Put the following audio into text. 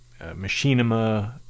Machinima